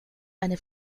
eine